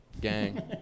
Gang